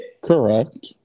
Correct